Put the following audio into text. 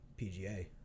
PGA